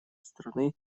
страны